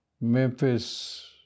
Memphis